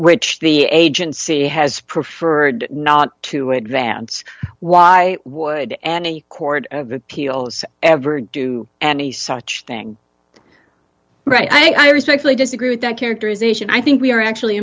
which the agency has preferred not to advance why would any court of appeals ever do any such thing right i think i respectfully disagree with that characterization i think we are actually